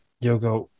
yoga